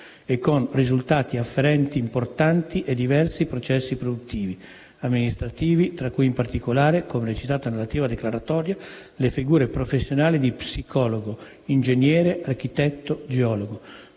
e con risultati afferenti importanti e diversi processi produttivo-amministrativi, tra cui in particolare, come recitato nella relativa declaratoria, le figure professionali di psicologo, ingegnere, architetto, geologo